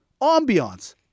Ambiance